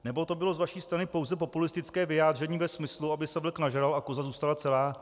Nebo to bylo z vaší strany pouze populistické vyjádření ve smyslu, aby se vlk nažral a koza zůstala celá?